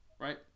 Right